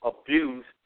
abused